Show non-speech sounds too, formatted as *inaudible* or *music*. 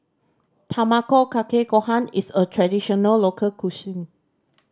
Tamago Kake Gohan is a traditional local *unintelligible*